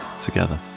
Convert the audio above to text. together